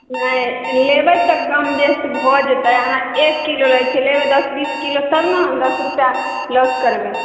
नहि लेबै तऽ कम बेसी भऽ जेतै अहाँ एक किलो लै छियै लेबै दस बीस किलो तब ने हम दस रुपैआ लॉस करबै